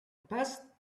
passed